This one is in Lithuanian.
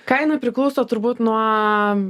kaina priklauso turbūt nuo